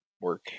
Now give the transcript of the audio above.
work